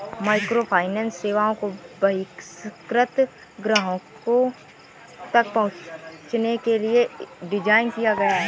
microfinance सेवाओं को बहिष्कृत ग्राहकों तक पहुंचने के लिए डिज़ाइन किया गया है